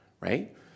Right